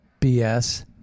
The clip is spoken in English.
BS